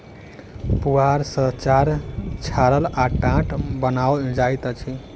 पुआर सॅ चार छाड़ल आ टाट बनाओल जाइत अछि